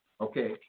Okay